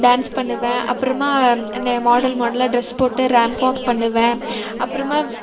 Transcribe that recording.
dance பண்ணுவேன் அப்புறமா model மாடலாக ட்ரெஸ் போட்டு ராம்ப் வாக் பண்ணுவேன் அப்புறமா